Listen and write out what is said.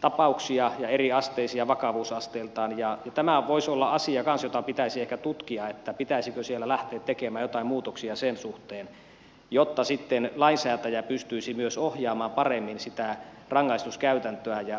tapauksia jotka ovat eriasteisia vakavuusasteiltaan ja tämä voisi olla kanssa asia jota pitäisi ehkä tutkia pitäisikö siellä lähteä tekemään jotain muutoksia sen suhteen jotta sitten lainsäätäjä pystyisi myös ohjaamaan paremmin sitä rangaistuskäytäntöä ja asteikon käyttöä